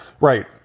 Right